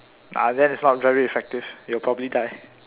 ah then it's not very effective you'll probably die